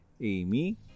Amy